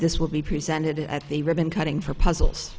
this will be presented at the ribbon cutting for puzzles